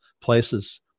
places